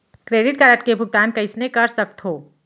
Credit card के भुगतान कईसने कर सकथो?